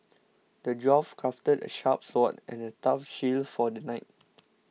the dwarf crafted a sharp sword and a tough shield for the knight